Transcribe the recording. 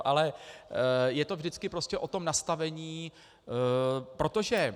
Ale je to vždycky prostě o tom nastavení, protože...